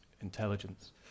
intelligence